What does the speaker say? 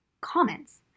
comments